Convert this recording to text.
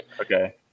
Okay